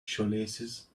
shoelaces